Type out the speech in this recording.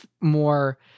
more